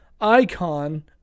icon